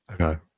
Okay